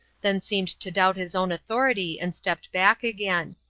then seemed to doubt his own authority and stepped back again.